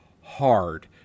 hard